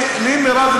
מירב,